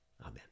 Amen